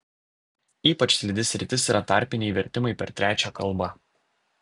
ypač slidi sritis yra tarpiniai vertimai per trečią kalbą